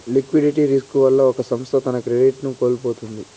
liquidity risk వల్ల ఒక సంస్థ తన క్రెడిట్ ను కోల్పోతుంది